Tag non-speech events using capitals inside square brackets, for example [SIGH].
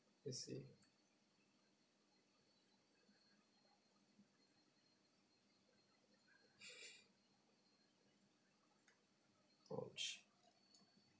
I see [NOISE] !ouch!